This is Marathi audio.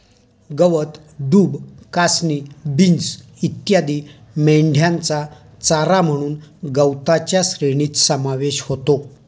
गवत, डूब, कासनी, बीन्स इत्यादी मेंढ्यांचा चारा म्हणून गवताच्या श्रेणीत समावेश होतो